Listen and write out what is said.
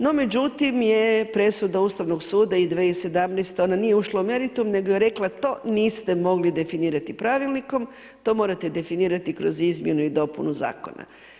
No međutim je presuda Ustavnog suda i 2017. ona nije ušla u meritum nego je rekla to niste mogli definirati pravilnikom, to morate definirati kroz izmjenu i dopunu zakona.